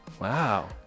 Wow